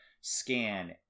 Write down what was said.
scan